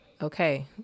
okay